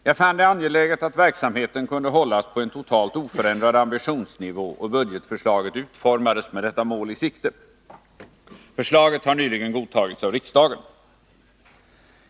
Jag fann det angeläget att verksamheten kunde hållas på en totalt oförändrad ambitionsnivå, och budgetförslaget utformades med detta mål i sikte. Förslaget har nyligen godtagits av riksdagen.